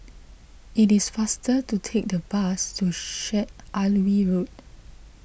it is faster to take the bus to Syed Alwi Road